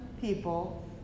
people